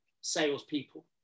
salespeople